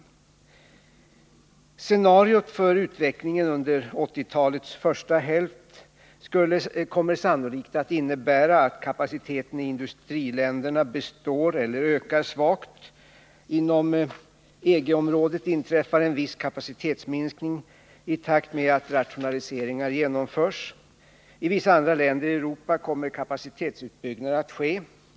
Ett scenario över utvecklingen under 1980-talets första hälft skulle sannolikt visa att kapaciteten i industriländerna består eller ökar svagt. Inom EG-området inträffar en viss kapacitetsminskning i takt med att rationaliseringar genomförs. I vissa andra länder i Europa kommer kapacitetsutbyggnader att ske.